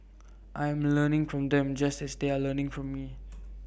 I'm learning from them just as they are learning from you